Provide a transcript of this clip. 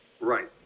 Right